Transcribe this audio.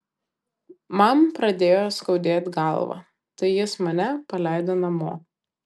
man pradėjo skaudėt galvą tai jis mane paleido namo